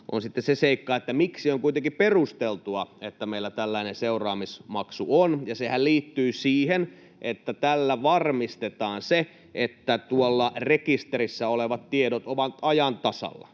on se seikka, miksi on kuitenkin perusteltua, että meillä tällainen seuraamusmaksu on. Sehän liittyy siihen, että tällä varmistetaan se, että tuolla rekisterissä olevat tiedot ovat ajan tasalla.